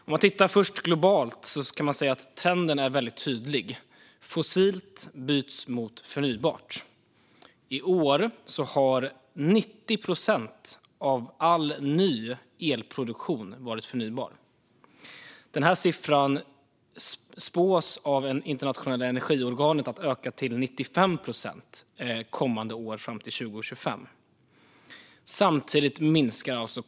Om man tittar på hur det ser ut globalt ser man att trenden är väldigt tydlig: Fossilt byts mot förnybart. I år har 90 procent av all ny elproduktion varit förnybar. Den här siffran spås av det internationella energiorganet öka till 95 procent kommande år fram till 2025. Samtidigt minskar kolet.